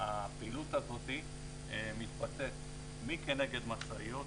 הפעילות הזאת מתבצעת מי כנגד משאיות,